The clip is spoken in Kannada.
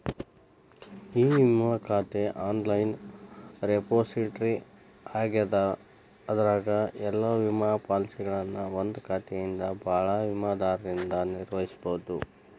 ಇ ವಿಮಾ ಖಾತೆ ಆನ್ಲೈನ್ ರೆಪೊಸಿಟರಿ ಆಗ್ಯದ ಅದರಾಗ ಎಲ್ಲಾ ವಿಮಾ ಪಾಲಸಿಗಳನ್ನ ಒಂದಾ ಖಾತೆಯಿಂದ ಭಾಳ ವಿಮಾದಾರರಿಂದ ನಿರ್ವಹಿಸಬೋದು